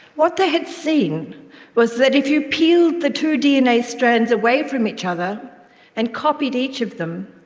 what they had seen was that if you peeled the two dna strands away from each other and copied each of them,